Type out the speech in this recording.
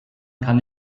kann